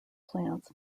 plants